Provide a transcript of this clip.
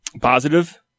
Positive